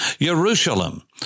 Jerusalem